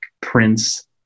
Prince